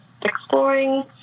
exploring